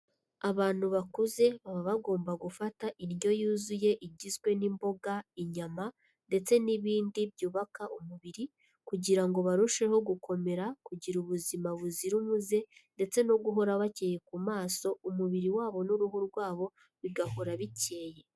Abantu bakuze baba bagomba gufata indyo yuzuye igizwe n'imboga, inyama ndetse n'ibindi byubaka umubiri, kugira ngo barusheho gukomera, kugira ubuzima buzira umuze, ndetse no guhora bakeye ku maso, umubiri wabo n'uruhu rwabo bigahora bikeye.